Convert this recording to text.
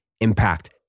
impact